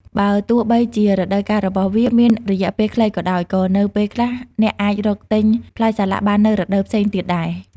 បើទោះបីជារដូវកាលរបស់វាមានរយៈពេលខ្លីក៏ដោយ ក៏នៅពេលខ្លះអ្នកអាចរកទិញផ្លែសាឡាក់បាននៅរដូវផ្សេងទៀតដែរ។